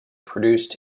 produced